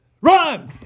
run